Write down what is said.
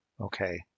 okay